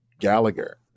Gallagher